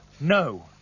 No